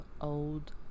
old